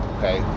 Okay